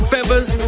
Feathers